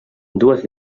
dues